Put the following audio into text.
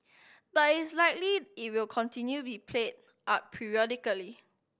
but is likely it will continue be played up periodically